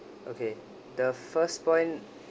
okay the first point